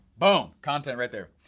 boom, content right there.